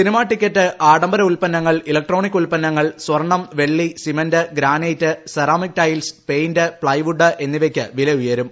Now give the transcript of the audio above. cinema ticket ആഡംബര ഉൽപന്നങ്ങൾ electronic ഉൽപ്പന്നങ്ങൾ സ്വർണം വെള്ളി cement granite ceramic tiles paint plywood എന്നിവയ്ക്ക് വില ഉയരും